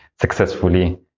successfully